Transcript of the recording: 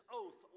oath